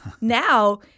now